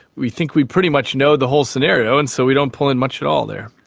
we think we pretty much know the whole scenario and so we don't pull in much at all there.